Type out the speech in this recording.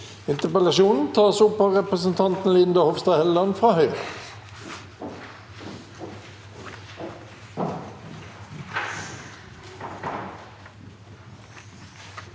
Interpellasjonen tas opp av representanten Linda Hofstad Helleland fra Høyre.